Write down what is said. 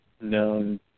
known